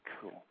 Cool